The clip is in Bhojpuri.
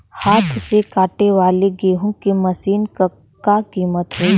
हाथ से कांटेवाली गेहूँ के मशीन क का कीमत होई?